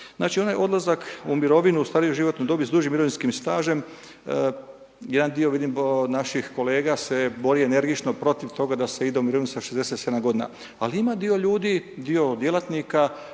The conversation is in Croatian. Znači onaj odlazak u mirovinu u starijoj životnoj dobi s dužim mirovinskim stažem, jedna dio vidim naših kolega se bore energično protiv toga da se ide u mirovinu sa 67 g. ali ima dio ljudi, dio djelatnika